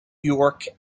york